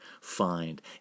find